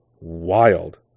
wild